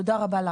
תודה רבה.